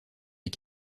est